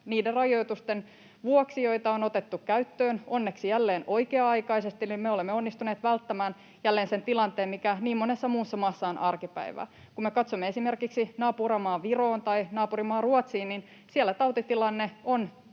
niiden rajoitusten vuoksi, joita on otettu käyttöön, onneksi jälleen oikea-aikaisesti, eli me olemme onnistuneet välttämään jälleen sen tilanteen, mikä niin monessa muussa maassa on arkipäivää. Kun me katsomme esimerkiksi naapurimaa Viroon tai naapurimaa Ruotsiin, niin siellä tautitilanne on erittäin